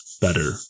better